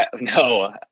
No